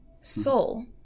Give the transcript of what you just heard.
soul